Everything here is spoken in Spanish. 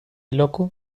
loco